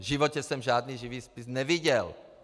V životě jsem žádný živý spis neviděl.